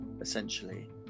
essentially